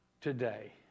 today